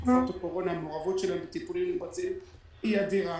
בתקופת הקורונה המעורבות שלהם בטיפולים נמרצים היא אדירה.